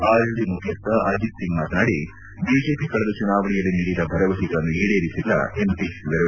RLD ಮುಖ್ಯಸ್ಥ ಅಜಿತ್ ಸಿಂಗ್ ಮಾತನಾಡಿ BJP ಕಳೆದ ಚುನಾವಣೆಯಲ್ಲಿ ನೀಡಿದ ಭರವಸೆಗಳನ್ನು ಈಡೇರಿಸಿಲ್ಲ ಎಂದು ಟೀಕಿಸಿದರು